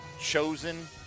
chosen